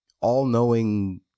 all-knowing